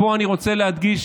ופה אני רוצה להדגיש,